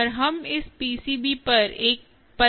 और हम इस पीसीबी पर एक पल में चर्चा करेंगे